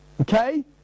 Okay